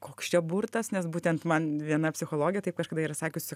koks čia burtas nes būtent man viena psichologė taip kažkada yra sakiusi